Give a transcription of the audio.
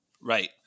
Right